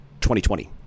2020